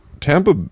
Tampa